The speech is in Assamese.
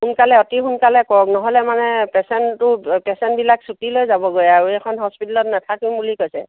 সোনকালে অতি সোনকালে কওক নহ'লে মানে পেচেণ্টটো পেচেণ্টবিলাক চুটি লৈ যাবগৈ আৰু এইখন হস্পিটেলত নাথাকিম বুলি কৈছে